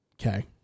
Okay